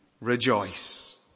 rejoice